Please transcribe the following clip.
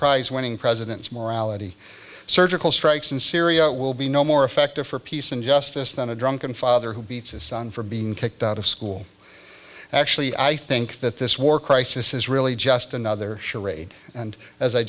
prize winning president's morality surgical strikes and syria will be no more effective for peace and justice than a drunken father who beats his son for being kicked out of school actually i think that this war crisis is really just another charade and as i